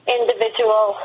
individual